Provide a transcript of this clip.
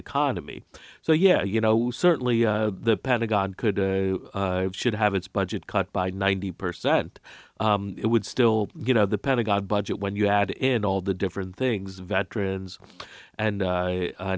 economy so yeah you know certainly the pentagon could should have its budget cut by ninety percent it would still you know the pentagon budget when you add in all the different things veterans and